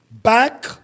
Back